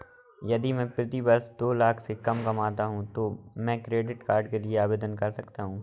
यदि मैं प्रति वर्ष दो लाख से कम कमाता हूँ तो क्या मैं क्रेडिट कार्ड के लिए आवेदन कर सकता हूँ?